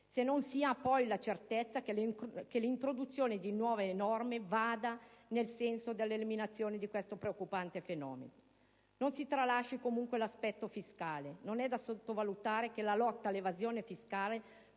se non si ha poi la certezza che l'introduzione di nuove norme vada nel senso dell'eliminazione di questo preoccupante fenomeno. Non si tralasci comunque l'aspetto fiscale. Non è da sottovalutare che la lotta all'evasione fiscale